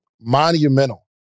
monumental